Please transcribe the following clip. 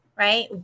Right